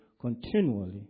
continually